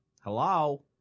Hello